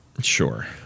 Sure